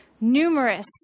Numerous